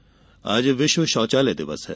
शौचालय दिवस आज विश्व शौचालय दिवस है